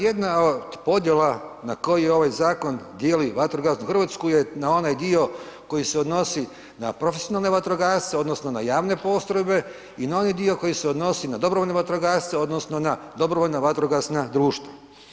Jedna od podjela na koju ovaj zakon dijeli vatrogasnu Hrvatsku je na onaj dio koji se odnosi na profesionalne vatrogasce odnosno na javne postrojbe i na onaj dio koji se odnosi na dobrovoljne vatrogasce odnosno na dobrovoljna vatrogasna društva.